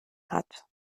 hat